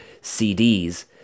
CDs